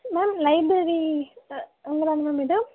ma'am library அவங்கதானேங்க ma'am இது